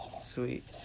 Sweet